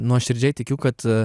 nuoširdžiai tikiu kad